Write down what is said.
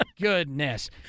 Goodness